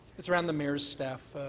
it's around the mayor's staff.